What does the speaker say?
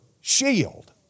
shield